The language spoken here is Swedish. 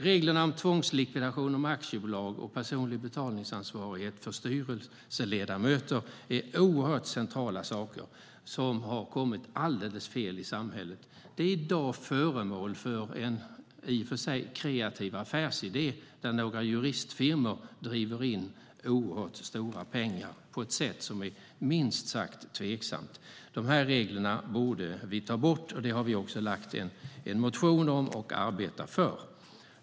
Reglerna om tvångslikvidation av aktiebolag och personligt betalningsansvar för styrelseledamöter är oerhört centrala saker som har kommit alldeles fel i samhället. De är i dag föremål för en, i och för sig, kreativ affärsidé där några juristfirmor driver in oerhört stora pengar på ett sätt som är minst sagt tveksamt. De här reglerna borde vi ta bort, och det har vi också lagt fram en motion om och arbetar för.